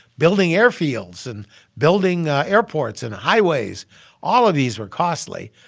building airfields and building airports and highways all of these are costly,